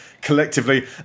collectively